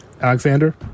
Alexander